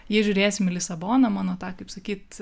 jei žiūrėsim į lisaboną mano tą kaip sakyt